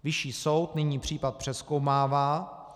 Vyšší soud nyní případ přezkoumává.